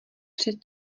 před